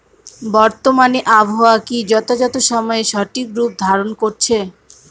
বর্তমানে আবহাওয়া কি যথাযথ সময়ে সঠিক রূপ ধারণ করছে?